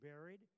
buried